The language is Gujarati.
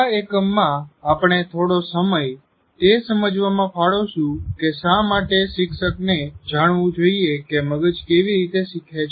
આ એકમમાં આપણે થોડો સમય તે સમજવામાં ફાળવશું કે શા માટે શિક્ષકને જાણવું જોઈએ કે મગજ કેવી રીતે શીખે છે